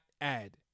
add